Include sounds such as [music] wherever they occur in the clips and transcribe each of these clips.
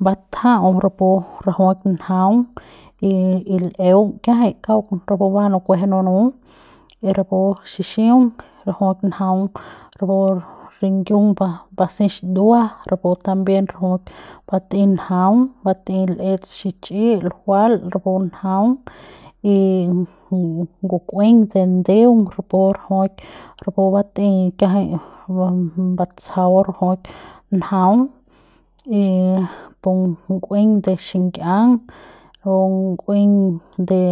Batja'au rapu rajuik njaung y y l'eung kiajai kauk rapu ba nukueje nunu y rapu xixiung rajuik njaung rapu ringiung basex dua rapu también batei njuang batei l'ets xichi'i ljual rapu njaung y y ngukueing de ndeung rapu rajuik rapu batei kiajai ba batsjau rajuik njaung y pun ngueing de xikia'ang ngueing de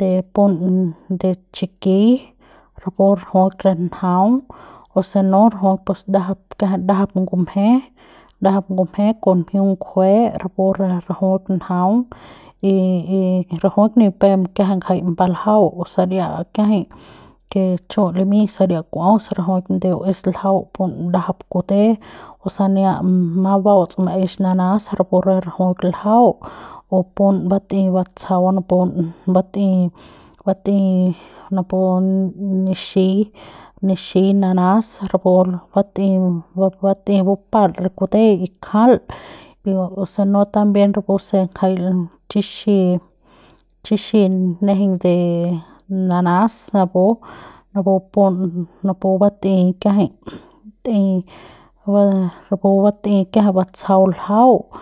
de pun de chikiñ rapu rajuik re njaung o se no rajuik pus ndajap kiajai ndajap ngumje ndajap ngumje kon mjiung ngjue rapu re rajuik batei y y rajuik ni pep kiajai ngjai baljau o saria kiajai ke chu limiñ saria ku'aus rajuik ndeu es ljau pun ndajap kute o sania bupauts maex nanas rapu re rajuik ljau pun batei batsjau pun batei batei napu nixiñ nixiñ nanas rapu batei ba batei bupal re kute y kjal y si no también puse ngjai chixi chixi nejeiñ de y nanas napu napu pun napu bat'ei kiajai [noise] batei ba rapu batei kiajai batsjau ljau.